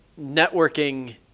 networking